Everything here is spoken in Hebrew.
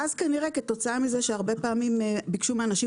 ואז כנראה כתוצאה מזה שהרבה פעמים ביקשו מאנשים